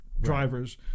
drivers